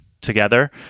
together